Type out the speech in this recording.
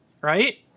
right